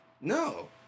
No